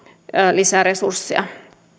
lisäresursseja